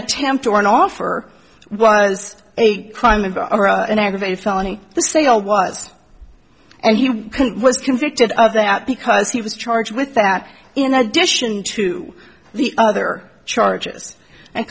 attempt or an offer was a crime and an aggravated felony the sale was and he was convicted of that because he was charged with that in addition to the other charges and